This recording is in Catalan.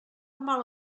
mal